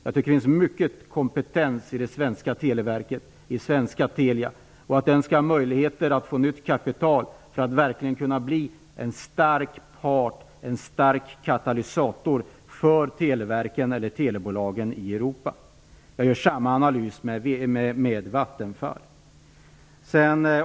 Det finns mycket kompetens i det svenska Televerket, i svenska Telia, och de skall ha möjligheter att få nytt kapital för att verkligen kunna bli en stark part och en stark katalysator för televerken och telebolagen i Europa. Jag gör samma analys i fråga om Vattenfall.